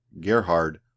Gerhard